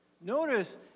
Notice